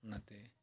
ᱚᱱᱟᱛᱮ